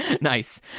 nice